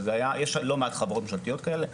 אבל יש לא מעט חברות ממשלתיות כאלה,